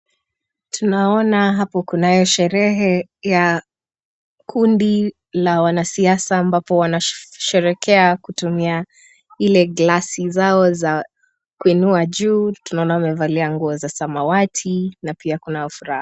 Tunaona hapo kunayo sherehe ya kundi la wanasiasa ambapo wanasherekea kutumia ile glasi zao za kuinua juu. Tunaona wamevalia nguo za samawati na pia kunao furaha.